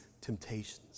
temptations